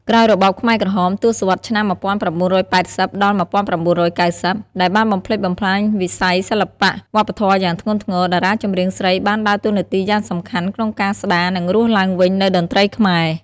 ក្រោយរបបខ្មែរក្រហម ទសវត្សរ៍ឆ្នាំ ១៩៨០ ដល់១៩៩០ ដែលបានបំផ្លិចបំផ្លាញវិស័យសិល្បៈវប្បធម៌យ៉ាងធ្ងន់ធ្ងរ តារាចម្រៀងស្រីបានដើរតួនាទីយ៉ាងសំខាន់ក្នុងការស្ដារ និងរស់ឡើងវិញនូវតន្ត្រីខ្មែរ។